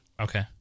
Okay